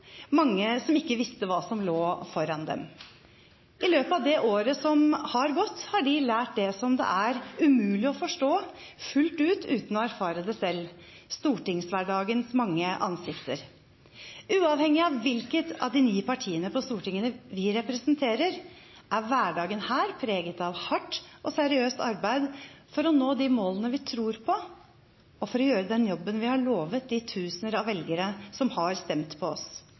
I løpet av året som er gått, har de lært det som det er umulig å forstå fullt ut uten å erfare det selv: stortingshverdagens mange ansikter. Uavhengig av hvilket av de ni partiene på Stortinget vi representerer, er hverdagen her preget av hardt og seriøst arbeid for å nå de målene vi tror på, og for å gjøre den jobben vi har lovet de tusener av velgere som har stemt på oss.